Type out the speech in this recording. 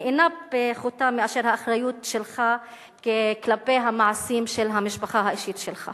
היא אינה פחותה מהאחריות שלך כלפי המעשים של המשפחה האישית שלך.